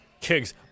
Kigs